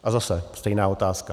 A zase stejná otázka.